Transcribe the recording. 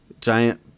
giant